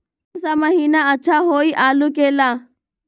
कौन सा महीना अच्छा होइ आलू के ला?